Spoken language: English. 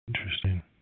interesting